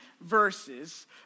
verses